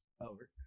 Over